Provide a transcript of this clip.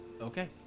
Okay